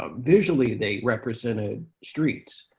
ah visually, they represented streets,